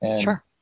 Sure